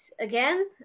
again